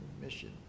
mission